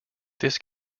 this